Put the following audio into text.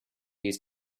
used